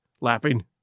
laughing